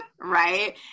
right